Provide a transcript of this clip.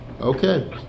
Okay